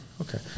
Okay